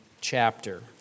chapter